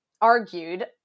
argued